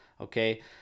okay